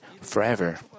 forever